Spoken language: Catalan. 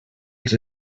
els